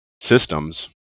systems